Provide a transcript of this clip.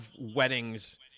weddings